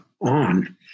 on